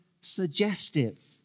suggestive